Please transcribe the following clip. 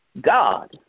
God